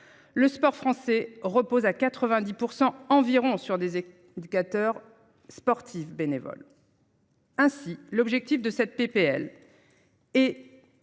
Le sport français repose à 90% environ sur des et d'éducateurs sportifs bénévoles. Ainsi l'objectif de cette PPL.